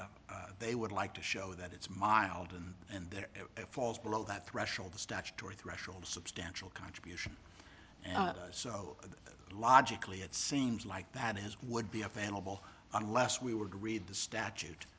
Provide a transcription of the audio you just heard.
and they would like to show that it's mild and and there falls below that threshold the statutory threshold substantial contribution so logically it seems like that is would be available unless we would read the statute